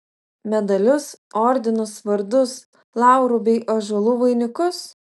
medalius ordinus vardus laurų bei ąžuolų vainikus